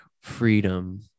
freedom